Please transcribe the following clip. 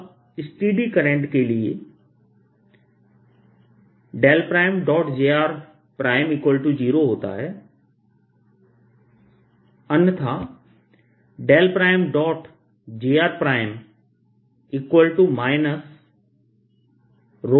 अब steady current के लिए jr0 होता है अन्यथा jr rdt है